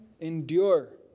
endure